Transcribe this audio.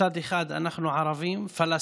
מצד אחד אנחנו ערבים-פלסטינים,